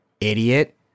idiot